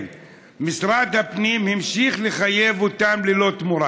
משרד הפנים המשיך לחייב אותם, ללא תמורה.